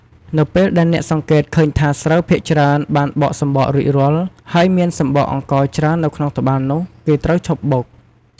នៅពេលដែលអ្នកសង្កេតឃើញថាស្រូវភាគច្រើនបានបកសម្បករួចរាល់ ហើយមានសម្បកអង្ករច្រើននៅក្នុងត្បាល់នោះ គេត្រូវឈប់បុក។